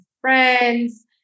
friends